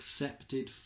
accepted